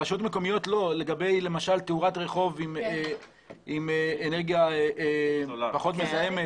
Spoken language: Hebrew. למשל לגבי תאורת רחוב עם אנרגיה פחות מזהמת